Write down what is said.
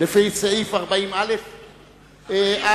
לפי סעיף 49א על,